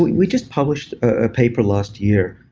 we just published a paper last year,